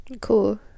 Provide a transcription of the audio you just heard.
Cool